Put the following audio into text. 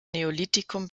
neolithikum